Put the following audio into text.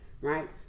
right